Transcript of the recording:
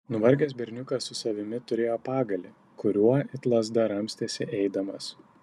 nuvargęs berniukas su savimi turėjo pagalį kuriuo it lazda ramstėsi eidamas